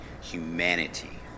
humanity